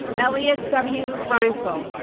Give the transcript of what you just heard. elliot w. reinsel